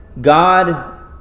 God